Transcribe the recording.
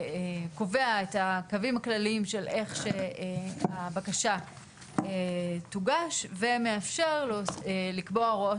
קובע את הקווים הכלליים של איך הבקשה תוגש ומאפשר לקבוע הוראות